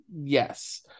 Yes